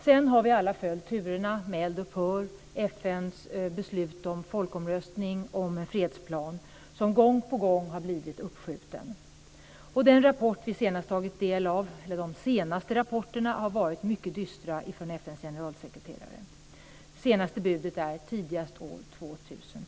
Sedan dess har vi alla följt turerna med eld upphör, FN:s beslut om folkomröstning och om en fredsplan som gång på gång har blivit uppskjuten. De senaste rapporterna från FN:s generalsekreterare har varit mycket dystra. Det senaste budet är att folkomröstningen kan äga rum tidigast år 2002.